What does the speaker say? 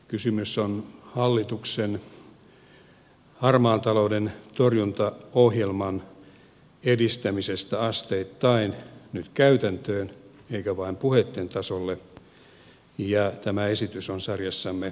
kysymys on hallituksen harmaan talouden torjuntaohjelman edistämisestä asteittain nyt käytäntöön eikä vain puheitten tasolle ja tämä esitys on sarjassamme niitä